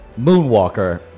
Moonwalker